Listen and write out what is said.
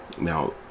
Now